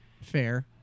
fair